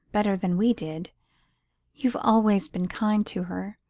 better than we did you've always been kind to her.